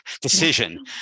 decision